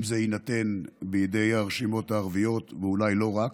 אם זה יינתן בידי הרשימות הערביות ואולי לא רק,